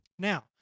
Now